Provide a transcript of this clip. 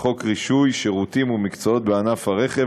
לחוק רישוי שירותים ומקצועות בענף הרכב,